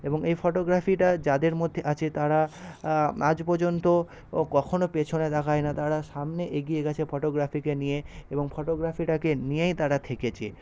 এবং এই ফটোগ্রাফিটা যাদের মধ্যে আছে তারা আজ পর্যন্ত ও কখনও পেছনে তাকায় না তারা সামনে এগিয়ে গেছে ফটোগ্রাফিকে নিয়ে এবং ফটোগ্রাফিটাকে নিয়েই তারা থেকেছে